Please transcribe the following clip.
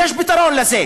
ויש פתרון לזה,